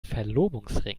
verlobungsring